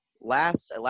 last